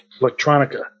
electronica